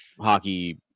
hockey